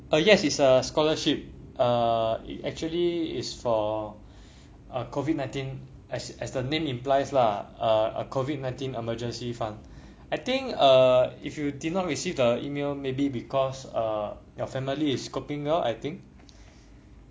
uh yes it's a scholarship err it actually is for err COVID nineteen as as the name implies lah a COVID nineteen emergency fund I think err if you did not receive the email maybe because err your family is coping well I think